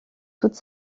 toute